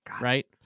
Right